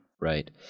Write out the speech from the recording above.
Right